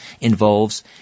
involves